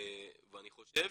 ואני חושב